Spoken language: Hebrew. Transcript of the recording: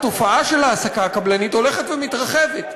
התופעה של העסקה קבלנית הולכת ומתרחבת,